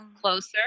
closer